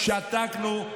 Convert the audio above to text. שתקנו,